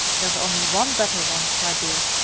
there's only one better one, my dear.